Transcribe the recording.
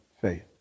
faith